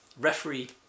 referee